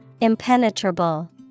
Impenetrable